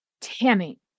Tammy